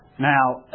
now